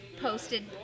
posted